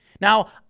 Now